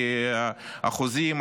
כי החוזים,